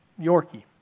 Yorkie